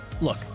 Look